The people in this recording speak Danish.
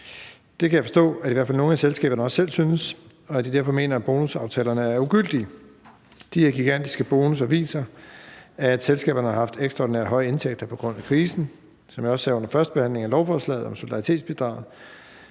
at i hvert fald nogle af selskaberne også selv synes det, og at de derfor mener, at bonusaftalerne er ugyldige. De der gigantiske bonusser viser, at selskaberne har haft ekstraordinært høje indtægter på grund af krisen, og som jeg også sagde under førstebehandlingen af lovforslaget om solidaritetsbidraget,